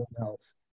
else